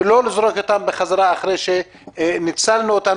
ולא לזרוק אותם בחזרה אחרי שניצלנו אותם,